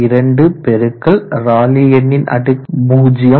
2 பெருக்கல் ராலி எண்ணின் அடுக்கு 0